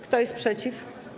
Kto jest przeciw?